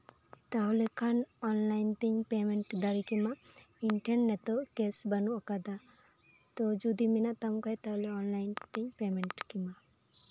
ᱛᱟᱦᱞᱮ ᱠᱷᱟᱱ ᱚᱱᱞᱟᱭᱤᱱ ᱛᱤᱧ ᱯᱮᱢᱮᱱᱴ ᱫᱟᱲᱮ ᱠᱮᱢᱟ ᱤᱧ ᱴᱷᱮᱱ ᱱᱤᱛᱚᱜ ᱠᱮᱥ ᱵᱟᱹᱱᱩᱜ ᱟᱠᱟᱫᱟ ᱛᱳ ᱡᱩᱫᱤ ᱢᱮᱱᱟᱜ ᱛᱟᱢ ᱠᱷᱟᱱ ᱛᱟᱦᱞᱮ ᱚᱱᱞᱟᱭᱤᱱ ᱛᱤᱧ ᱯᱮᱢᱮᱱᱴ ᱠᱮᱢᱟ